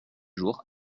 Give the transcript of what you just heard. jours